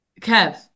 Kev